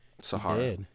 Sahara